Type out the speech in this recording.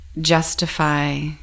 justify